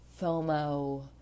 FOMO